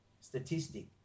statistic